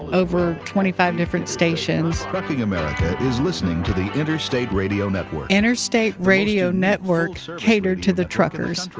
over twenty five different stations. trucking america is listening to the interstate radio network, interstate radio network catered to the truckers.